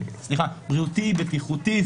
בטיחותי,